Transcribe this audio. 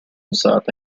usata